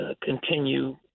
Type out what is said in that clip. continue